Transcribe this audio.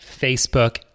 Facebook